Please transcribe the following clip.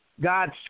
God